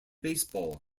baseball